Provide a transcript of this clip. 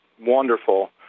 wonderful